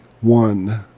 one